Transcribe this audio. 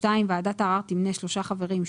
(2) ועדת הערר תמנה שלושה חברים,